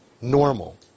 normal